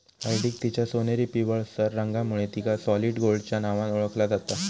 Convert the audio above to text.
हळदीक तिच्या सोनेरी पिवळसर रंगामुळे तिका सॉलिड गोल्डच्या नावान ओळखला जाता